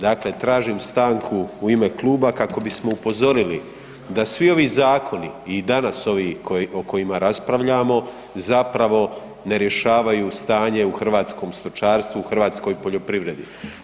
Dakle tražim stanku u ime kluba kako bismo upozorili da svi ovi zakoni i danas ovi o kojima raspravljamo zapravo ne rješavaju stanje u hrvatskom stočarstvu, u hrvatskoj poljoprivredi.